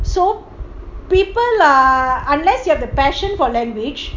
so people are unless you have a passion for language